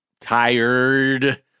tired